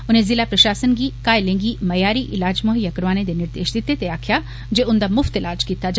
उनें ज़िला प्रशासन गी घायलें गी म्यारी इलाज मुहैय्या करोआने दे निर्देश दिते ते आक्खेआ जे उन्दा मुफ्त ईलाज कीता जा